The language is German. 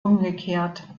umgekehrt